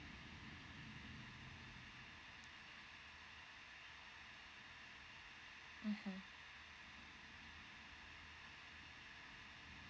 mmhmm